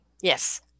Yes